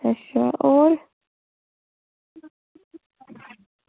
अच्छा होर